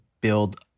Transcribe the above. build